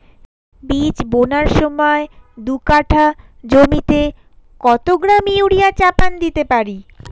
বীজ বোনার সময় দু কাঠা জমিতে কত গ্রাম ইউরিয়া চাপান দিতে পারি?